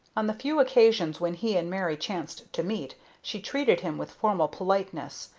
on the few occasions when he and mary chanced to meet she treated him with formal politeness,